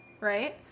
right